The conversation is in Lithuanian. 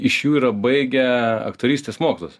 iš jų yra baigę aktorystės mokslus